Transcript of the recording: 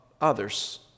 others